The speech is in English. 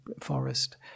forest